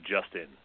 Justin